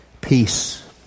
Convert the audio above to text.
peace